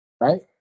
right